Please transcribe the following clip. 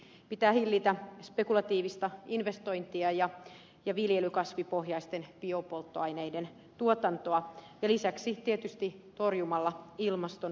pitää hillitä spekulatiivista investointia ja viljelykasvipohjaisten biopolttoaineiden tuotantoa ja lisäksi tietysti torjua ilmastonmuutos